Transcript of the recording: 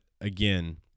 again